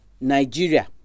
Nigeria